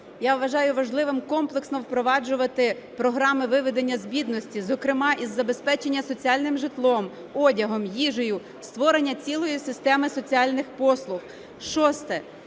Я вважаю важливим, комплексно впроваджувати програми виведення з бідності, зокрема, із забезпечення соціальним житлом, одягом, їжею, створення цілої системи соціальних послуг. Шосте.